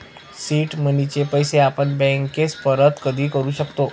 seed मनीचे पैसे आपण बँकेस परत कधी करू शकतो